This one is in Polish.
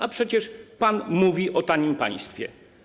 A przecież pan mówi o tanim państwie.